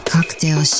Cocktail